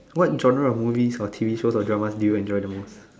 what genre of movie or T_V shows or drama do you enjoy the most